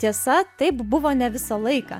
tiesa taip buvo ne visą laiką